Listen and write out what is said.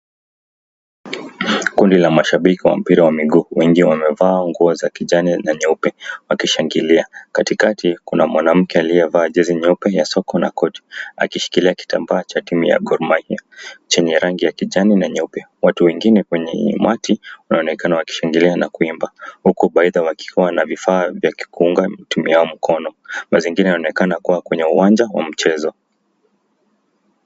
Kundi la mashabiki wa mpira wa miguu. Wengi wamevaa nguo za kijani na nyeupe wakishangilia. Katikati kuna mwanamke aliyevaa jezi nyeupe ya soko na koti, akishikilia kitambaa cha timu ya Gor Mahia chenye rangi ya kijani na nyeupe. Watu wengine kwenye umati wanaonekana wakishangilia na kuimba, huku baidha wakiwa na vifaa vya kikunga tumia mkono. Mazingira yanaonekana kuwa kwenye uwanja wa mchezo.